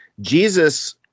Jesus